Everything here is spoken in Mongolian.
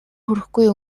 хүрэхгүй